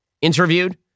interviewed